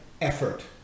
effort